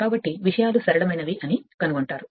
కాబట్టి విషయాలు సరళమైనవి అని కనుగొంటారు